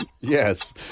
yes